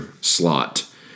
slot